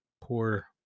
Poor